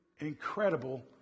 incredible